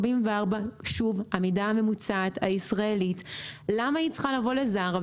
המידה הישראלית הממוצעת,